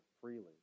freely